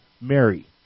Mary